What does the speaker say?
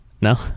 No